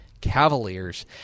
Cavaliers